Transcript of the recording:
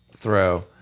Throw